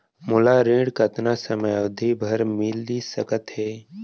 मोला ऋण कतना समयावधि भर मिलिस सकत हे?